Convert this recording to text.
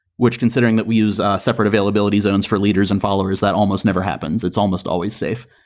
which considering that we use separate availability zones for leaders and followers, that almost never happens. it's almost always safe.